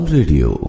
Radio